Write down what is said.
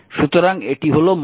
সুতরাং এটি হল v0